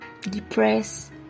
depressed